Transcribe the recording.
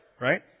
right